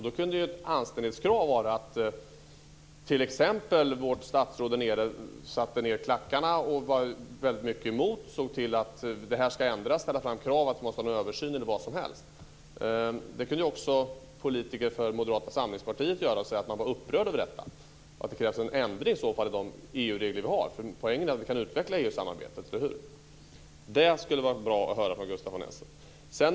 Då kunde ett anständighetskrav vara att vårt statsråd satte ned foten och krävde en ändring, ställde krav på en översyn eller vad som helst. Politiker från Moderata samlingspartiet kunde också säga att de var upprörda över detta och att det krävs en ändring av EU-reglerna. Poängen är väl att EU samarbetet kan utvecklas, eller hur? Det skulle vara intressant att höra vad Gustaf von Essen har för kommentar till detta.